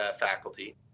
faculty